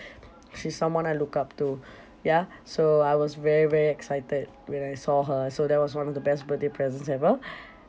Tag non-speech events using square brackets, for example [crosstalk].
she's someone I look up to ya so I was very very excited when I saw her so that was one of the best birthday presents ever [breath]